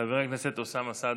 חבר הכנסת אוסאמה סעדי,